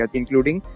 including